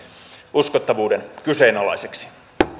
uskottavuuden kyseenalaiseksi